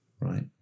right